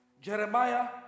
Jeremiah